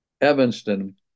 Evanston